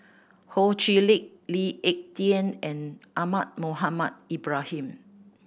Ho Chee Lick Lee Ek Tieng and Ahmad Mohamed Ibrahim